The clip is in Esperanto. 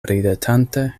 ridetante